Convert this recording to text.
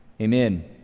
amen